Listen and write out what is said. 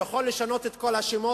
הוא יכול לשנות את כל השמות,